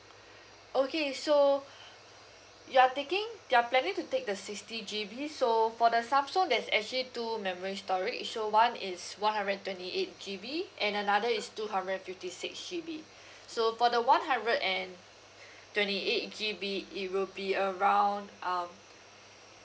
okay so you are taking you are planning to take the sixty G_B so for the samsung there's actually two memory storage so one is one hundred and twenty eight G_B and another is two hundred and fifty six G_B so for the one hundred and twenty eight G_B it will be around um